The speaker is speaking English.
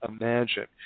imagine